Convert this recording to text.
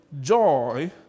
joy